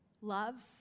loves